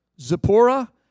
Zipporah